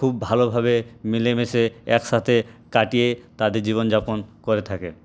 খুব ভালোভাবে মিলেমিশে একসাথে কাটিয়ে তাদের জীবনযাপন করে থাকে